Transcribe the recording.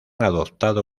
adoptado